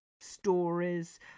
stories